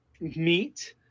meet